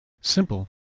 simple